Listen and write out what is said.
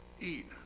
eat